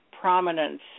prominence